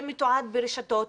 זה מתועד ברשתות,